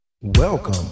Welcome